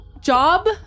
Job